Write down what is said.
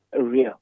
real